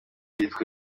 yitwa